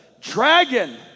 dragon